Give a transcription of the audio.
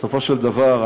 בסופו של דבר,